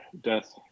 death